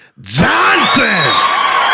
Johnson